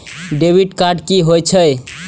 Debit card की होय छे?